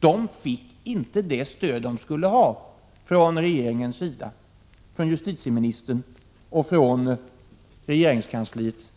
De fick inte det stöd de skulle ha från regeringens sida, från justitieministern och från regeringskansliet.